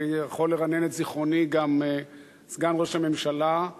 ויכול לרענן את זיכרוני גם סגן ראש הממשלה,